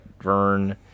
Vern